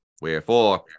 Wherefore